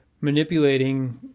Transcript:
manipulating